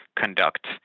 conduct